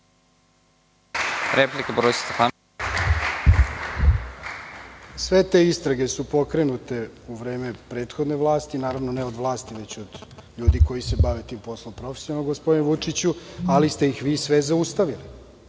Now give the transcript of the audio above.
**Borko Stefanović** Sve te istrage su pokrenute u vreme prethodne vlasti, naravno ne od vlasti već od ljudi koji se bave tim poslom profesionalno, gospodine Vučiću, ali ste ih vi sve zaustavili,